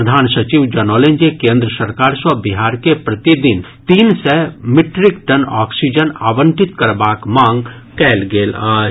प्रधान सचिव जनौलनि जे केन्द्र सरकार सँ बिहार के प्रतिदिन तीन सय मीट्रिक टन ऑक्सीजन आवंटित करबाक मांग कयल गेल अछि